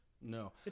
no